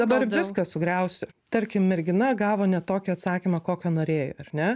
dabar viską sugriausiu tarkim mergina gavo ne tokį atsakymą kokio norėjo ar ne